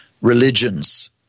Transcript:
religions